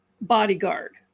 bodyguard